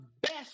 best